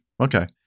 okay